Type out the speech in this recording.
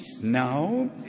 now